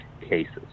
cases